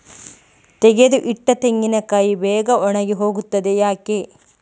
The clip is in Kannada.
ತೆಗೆದು ಇಟ್ಟ ತೆಂಗಿನಕಾಯಿ ಬೇಗ ಒಣಗಿ ಹೋಗುತ್ತದೆ ಯಾಕೆ?